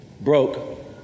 broke